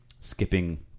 Skipping